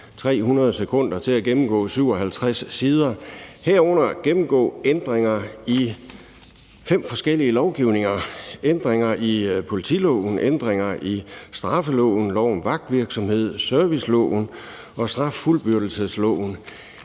300 sekunder til at gennemgå 57 sider, herunder at gennemgå ændringer i fem forskellige lovgivninger – ændringer i politiloven, i straffeloven, i lov om vagtvirksomhed, i serviceloven og i straffuldbyrdelsesloven.